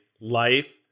life